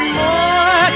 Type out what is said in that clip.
more